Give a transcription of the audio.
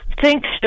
Thanks